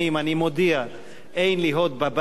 אני מודיע שאין לי "הוט" בבית.